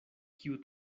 kiu